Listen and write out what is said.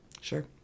Sure